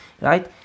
right